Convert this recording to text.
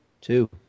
two